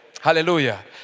Hallelujah